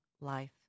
life